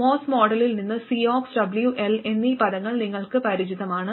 MOS മോഡലിൽ നിന്ന് Cox W L എന്നീ പദങ്ങൾ നിങ്ങൾക്ക് പരിചിതമാണ്